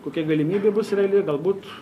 kokia galimybė bus reali galbūt